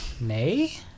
Nay